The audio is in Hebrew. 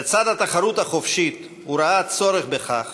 לצד התחרות החופשית הוא ראה צורך בכך